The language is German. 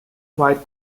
weit